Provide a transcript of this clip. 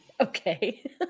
Okay